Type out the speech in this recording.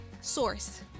source